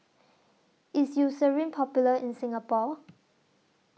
IS Eucerin Popular in Singapore